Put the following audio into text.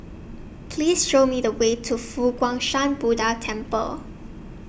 Please Show Me The Way to Fo Guang Shan Buddha Temple